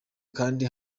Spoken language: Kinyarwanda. kandi